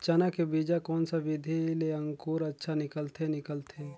चाना के बीजा कोन सा विधि ले अंकुर अच्छा निकलथे निकलथे